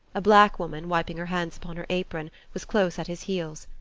a black woman, wiping her hands upon her apron, was close at his heels.